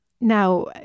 Now